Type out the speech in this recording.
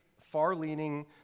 far-leaning